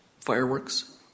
fireworks